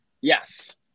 Yes